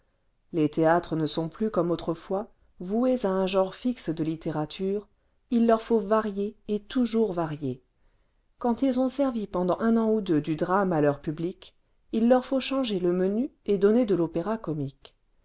les théâtres ne sont plus comme autrefois voués à un genre fixe de littérature il leur faut varier et toujours varier quand ils ont servi peule vingtième siècle dant un an ou deux du drame à leur public il leur faut changer le menu et donner de